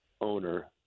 owner